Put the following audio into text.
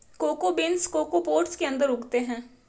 cocoa beans cocoa pods के अंदर उगते हैं